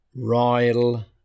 royal